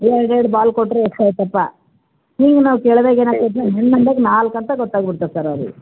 ಇಲ್ಲಾ ಎರಡು ಎರಡು ಬಾಲ್ ಕೊಟ್ಟರೆ ಎಷ್ಟಾಯ್ತಪ್ಪ ಹಿಂಗೆ ನಾವು ಕೇಳ್ದಾಗ ಏನಾಗ್ತೈತೆ ನಾಲ್ಕು ಅಂತ ಗೊತ್ತಾಗ್ಬಿಡ್ತದೆ ಸರ್ ಅವ್ರಿಗೆ